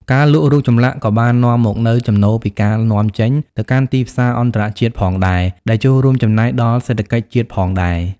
ការលក់រូបចម្លាក់ក៏បាននាំមកនូវ ចំណូលពីការនាំចេញ ទៅកាន់ទីផ្សារអន្តរជាតិផងដែរ ដែលចូលរួមចំណែកដល់សេដ្ឋកិច្ចជាតិផងដែរ។